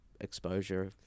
exposure